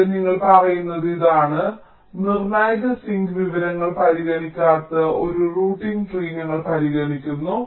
ഇവിടെ നിങ്ങൾ പറയുന്നത് ഇതാണ് നിർണായക സിങ്ക് വിവരങ്ങൾ പരിഗണിക്കാത്ത ഒരു റൂട്ടിംഗ് ട്രീ ഞങ്ങൾ പരിഗണിക്കുന്നു